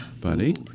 Buddy